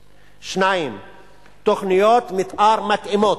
2. תוכניות מיתאר מתאימות.